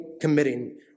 committing